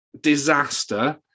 disaster